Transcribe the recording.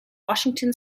washington